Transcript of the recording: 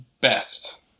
best